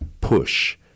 push